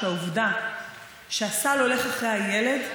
שהעובדה שהסל הולך אחרי הילד,